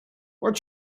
what